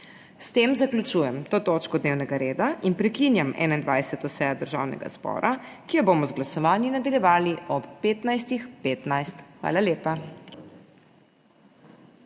S tem zaključujem to točko dnevnega reda in prekinjam 21. sejo Državnega zbora, ki jo bomo z glasovanji nadaljevali ob 15.15. Hvala lepa.